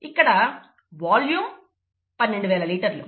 ఇక్కడ వాల్యూం 12 వేల లీటర్లు